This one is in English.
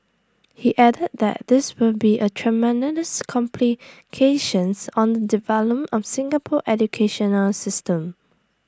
he added that this will be A tremendous complications on the development of Singapore educational system